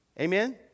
Amen